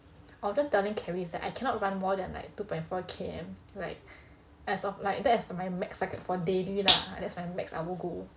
I was just telling claris that I cannot run more than like two point four K_M like as of like that's my max I could for daily lah that's mu max I would go